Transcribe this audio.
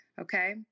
Okay